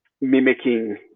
mimicking